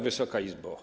Wysoka Izbo!